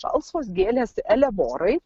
žalsvos gėlės eleborai